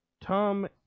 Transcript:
Tom